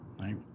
right